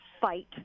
fight